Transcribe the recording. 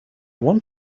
want